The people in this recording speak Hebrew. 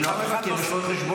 אני לא המבקר, יש רואה חשבון מבקר.